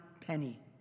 penny